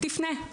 תפנה.